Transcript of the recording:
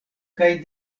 kaj